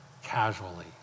casually